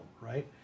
right